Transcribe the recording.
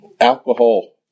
alcohol